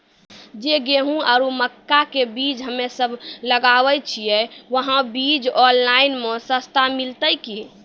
जे गेहूँ आरु मक्का के बीज हमे सब लगावे छिये वहा बीज ऑनलाइन मे सस्ता मिलते की?